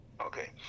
Okay